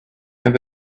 and